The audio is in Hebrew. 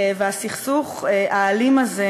והסכסוך האלים הזה,